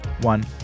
One